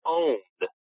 owned